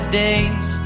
days